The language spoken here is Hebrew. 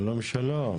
שלום, שלום.